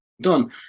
done